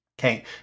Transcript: Okay